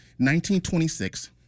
1926